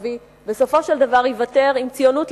בסופו של דבר ייוותר עם ציונות ללא ציון.